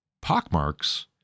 pockmarks